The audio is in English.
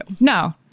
No